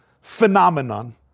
phenomenon